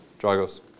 Dragos